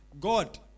God